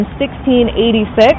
1686